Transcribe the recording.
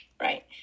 Right